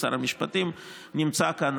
שר המשפטים נמצא כאן,